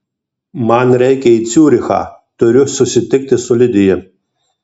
man reikia į ciurichą turiu susitikti su lidija